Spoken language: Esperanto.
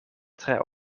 tre